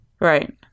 Right